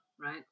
right